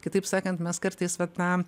kitaip sakant mes kartais vat na